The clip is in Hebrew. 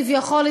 כביכול,